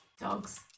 Dogs